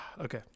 Okay